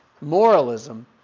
moralism